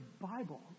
Bible